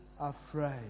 afraid